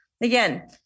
Again